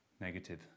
negative